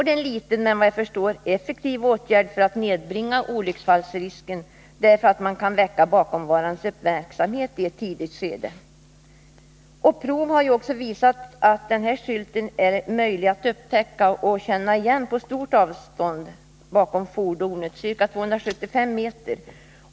Det är en liten men, vad jag förstår, effektiv åtgärd för att nedbringa olycksfallsrisken, eftersom man kan väcka bakomvarandes uppmärksamhet i ett tidigt skede. Prov har visat att denna skylt är möjlig att upptäcka och känna igen på stort avstånd, ca 275 meter, bakom fordonet.